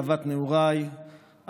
אהבת נעוריי,